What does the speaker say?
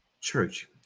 Church